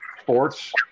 sports